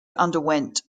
underwent